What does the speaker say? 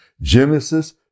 Genesis